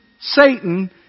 Satan